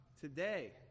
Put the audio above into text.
today